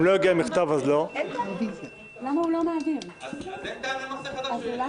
ואם לא יגיע מכתב אז לא --- אז אין טענה לנושא חדש או שיש?